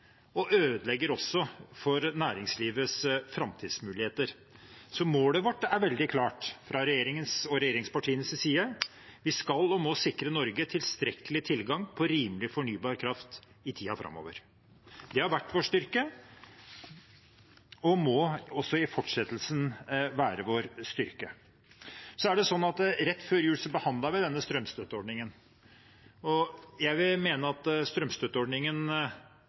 og ødelegger også for næringslivets framtidsmuligheter. Målet er veldig klart fra regjeringens og regjeringspartienes side. Vi skal og må sikre Norge tilstrekkelig tilgang på rimelig, fornybar kraft i tiden framover. Det har vært vår styrke og må også i fortsettelsen være vår styrke. Rett før jul behandlet vi denne strømstøtteordningen. Jeg vil mene at strømstøtteordningen